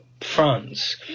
France